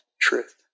truth